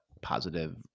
positive